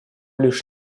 лишь